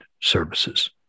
services